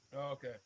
Okay